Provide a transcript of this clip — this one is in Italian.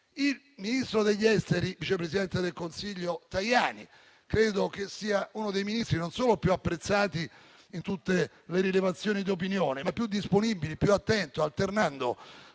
Il ministro degli affari esteri, vice presidente del Consiglio Tajani, credo che sia uno dei ministri non solo più apprezzati in tutte le rilevazioni di opinione, ma più disponibili e più attenti, alternando